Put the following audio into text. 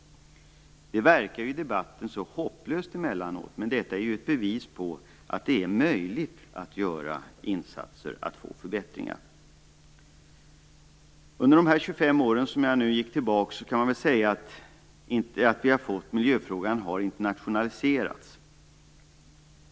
I debatten verkar det så hopplöst emellanåt, men detta är ett bevis på att det är möjligt att göra insatser för att få förbättringar. Under de 25 år som jag nu gick tillbaks kan man säga att miljöfrågan har internationaliserats.